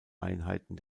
einheiten